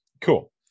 Cool